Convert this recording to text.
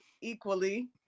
equally